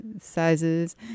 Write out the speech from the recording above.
sizes